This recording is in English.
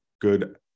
good